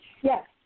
yes